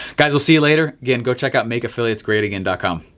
guys i'll see you later. again, go check out makeaffiliatesgreatagain and calm.